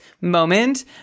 moment